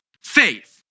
faith